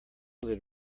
lid